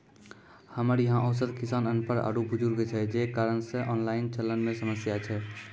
हमरा यहाँ औसत किसान अनपढ़ आरु बुजुर्ग छै जे कारण से ऑनलाइन चलन मे समस्या छै?